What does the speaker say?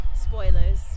Spoilers